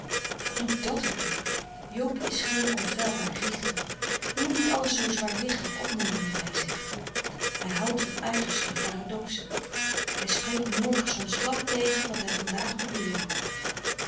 doods doet dat er toe joob is geen onfeilbaar richter je moet niet alles zoo zwaarwichtig opnemen wat hij zegt hij houdt van uitersten en paradoxen hij spreekt morgen soms glad tegen wat hij van daag beweerde